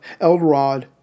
Eldrod